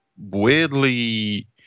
weirdly